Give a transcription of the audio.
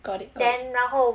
got it got it